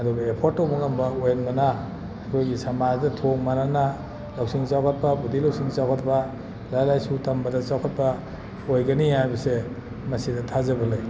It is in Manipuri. ꯑꯗꯨꯒ ꯑꯦꯐꯣꯔꯗ ꯇꯧꯕ ꯉꯝꯕ ꯑꯣꯏꯍꯟꯕꯅ ꯑꯩꯈꯣꯏꯒꯤ ꯁꯃꯥꯖꯗ ꯊꯣꯡ ꯃꯥꯟꯅꯅ ꯂꯧꯁꯤꯡ ꯆꯥꯎꯈꯠꯄ ꯕꯨꯙꯤ ꯂꯧꯁꯤꯡ ꯆꯥꯎꯈꯠꯄ ꯂꯥꯏꯔꯤꯛ ꯂꯥꯏꯁꯨ ꯇꯝꯕꯗ ꯆꯥꯎꯈꯠꯄ ꯑꯣꯏꯒꯅꯤ ꯍꯥꯏꯕꯁꯦ ꯃꯁꯤꯗ ꯊꯥꯖꯕ ꯂꯩ